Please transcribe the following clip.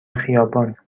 خیابان